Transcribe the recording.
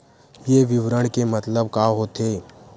ये विवरण के मतलब का होथे?